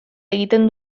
egiten